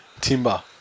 Timber